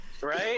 right